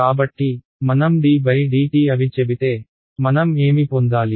కాబట్టి మనం ddt అవి చెబితే మనం ఏమి పొందాలి